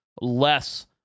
less